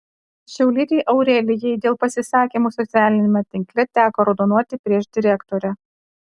šiaulietei aurelijai dėl pasisakymų socialiniame tinkle teko raudonuoti prieš direktorę